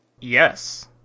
Yes